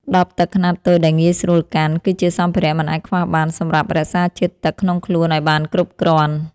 ដបទឹកខ្នាតតូចដែលងាយស្រួលកាន់ គឺជាសម្ភារៈមិនអាចខ្វះបានសម្រាប់រក្សាជាតិទឹកក្នុងខ្លួនឱ្យបានគ្រប់គ្រាន់។